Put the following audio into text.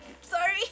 sorry